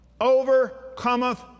overcometh